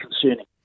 concerning